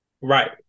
Right